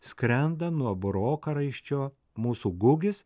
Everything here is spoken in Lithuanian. skrenda nuo burokaraisčio mūsų gugis